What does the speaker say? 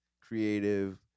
creative